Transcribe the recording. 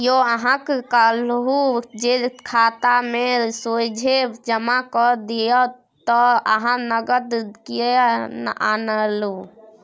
यौ अहाँक कहलहु जे खातामे सोझे जमा कए दियौ त अहाँ नगद किएक आनलहुँ